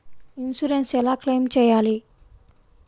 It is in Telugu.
ఇన్సూరెన్స్ ఎలా క్లెయిమ్ చేయాలి?